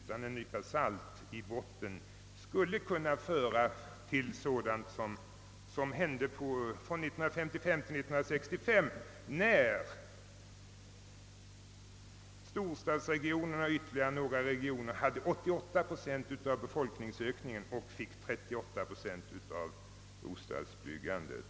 Man får lov att ta dem med en nypa salt — annars kan resultatet bli likadant som 1955— 1963 när storstadsregionerna och ytterligare några regioner hade 88 procent av befolkningsökningen och fick 38 procent av bostadsbyggandet.